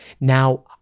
Now